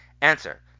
Answer